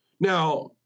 Now